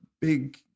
big